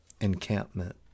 encampment